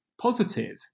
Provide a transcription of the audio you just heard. positive